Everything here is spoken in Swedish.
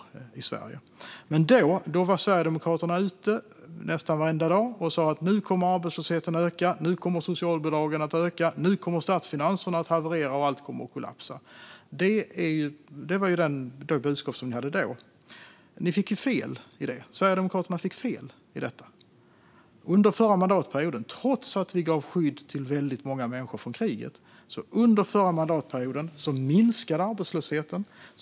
Under 2015 och 2016 var Sverigedemokraterna ute nästan varenda dag och sa: Nu kommer arbetslösheten att öka. Nu kommer socialbidragen att öka. Nu kommer statsfinanserna att haverera, och allt kommer att kollapsa. Det var det budskap ni hade då, Jonas Andersson. Men ni fick ju fel i det. Det visade sig att Sverigedemokraterna hade fel i detta. Trots att vi gav väldigt många människor skydd från krig minskade arbetslösheten under förra mandatperioden.